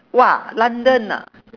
!wah! london ah